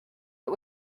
but